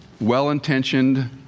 well-intentioned